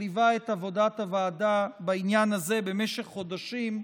שליווה את עבודת הוועדה בעניין הזה במשך חודשים,